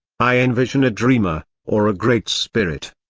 i envision a dreamer, or a great spirit,